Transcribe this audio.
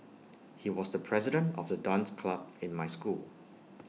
he was the president of the dance club in my school